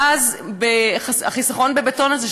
ואז החיסכון בבטון הזה,